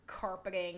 carpeting